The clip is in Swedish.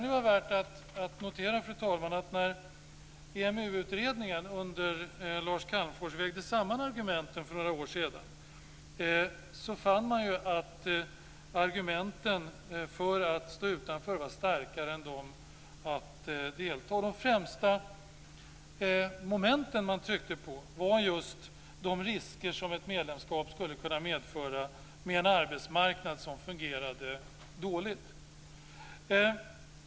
Det kan vara värt att notera att när EMU-utredningen under Lars Calmfors vägde samman argumenten för några år sedan, fann man att argumenten för att stå utanför var starkare än de för att delta. De främsta momenten man tryckte på var just de risker som ett medlemskap skulle kunna medföra med en arbetsmarknad som fungerar dåligt.